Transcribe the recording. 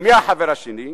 ומי החבר השני?